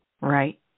Right